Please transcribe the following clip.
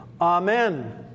Amen